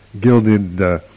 gilded